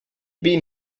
been